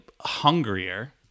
hungrier